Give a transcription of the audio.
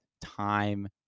time